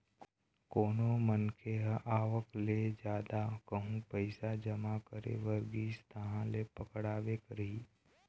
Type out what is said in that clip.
कोनो मनखे ह आवक ले जादा कहूँ पइसा जमा करे बर गिस तहाँ ले पकड़ाबे करही